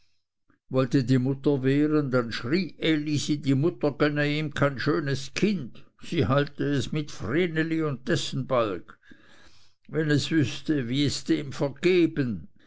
wollte die mutter wehren dann schrie elisi die mutter gönne ihm kein schönes kind sie halte es mit vreneli und dessen balg wenn es wüßte wie dem vergeben